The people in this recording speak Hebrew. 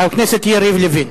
חבר הכנסת יריב לוין.